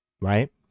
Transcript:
Right